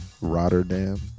Rotterdam